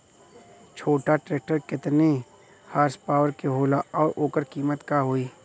छोटा ट्रेक्टर केतने हॉर्सपावर के होला और ओकर कीमत का होई?